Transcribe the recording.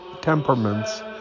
temperaments